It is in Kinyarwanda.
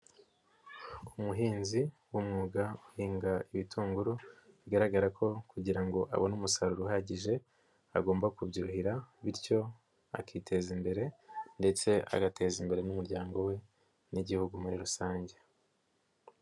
Umuhinzi w'umwuga uhinga ibitunguru bigaragara ko kugira ngo abone umusaruro uhagije agomba kubyihira bityo akiteza imbere ndetse agateza imbere n'umuryango we n'igihugu muri rusange.